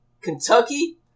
Kentucky